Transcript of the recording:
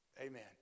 Amen